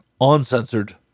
uncensored